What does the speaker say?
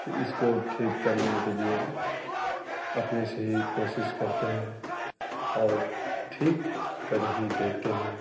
تو اس کو ٹھیک کرنے کے لیے اپنے سے ہی کوشش کرتے ہیں اور ٹھیک کر ہی دیتے ہیں